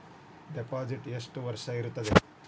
Deposit ಎಷ್ಟು ವರ್ಷ ಇರುತ್ತದೆ?